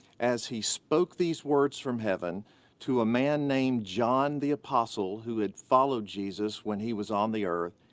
as he spoke these words from heaven to a man named john the apostle who had followed jesus when he was on the earth,